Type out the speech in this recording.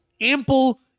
ample